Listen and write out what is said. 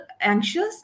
anxious